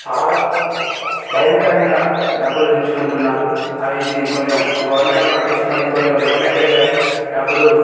చాలా భయంకరంగా డబ్బులు పెంచుకుంటున్నారు వీటిని కొంచెం గవర్నమెంట్ పట్టించుకొని కొంచెం రికమెండేడ్గా డబ్బులు